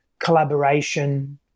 collaboration